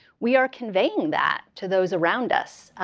we are conveying that to those around us.